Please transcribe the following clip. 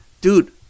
dude